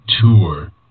tour